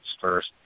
first